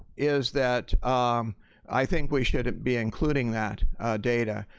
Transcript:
is that i think we should be including that data.